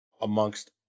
amongst